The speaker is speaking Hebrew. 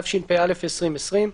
התשפ"א-2020.